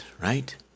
right